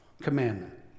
commandment